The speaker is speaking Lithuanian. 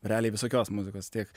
realiai visokios muzikos tiek